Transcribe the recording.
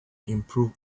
improve